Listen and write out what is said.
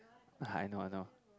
I know I know